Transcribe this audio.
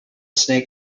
snake